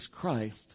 Christ